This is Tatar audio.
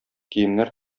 киемнәр